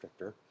restrictor